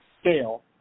scale